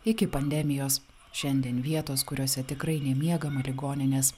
iki pandemijos šiandien vietos kuriose tikrai nemiegama ligoninės